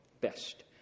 best